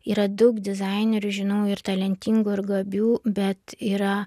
yra daug dizainerių žinau ir talentingų ir gabių bet yra